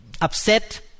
upset